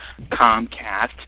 Comcast